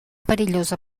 perillosa